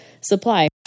supply